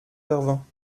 vervins